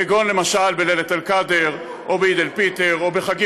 למשל בלילת אל-קאדר או בעיד אל-פיטר או בחגים